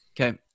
Okay